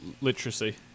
literacy